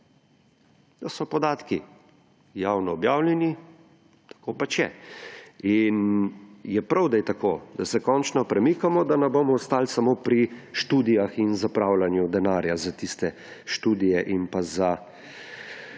To so podatki, javno objavljeni, tako pač je. In je prav, da je tako, da se končno premikamo, da ne bomo ostali samo pri študijah in zapravljanju denarja za tiste študije in pa za